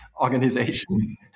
organization